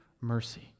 mercy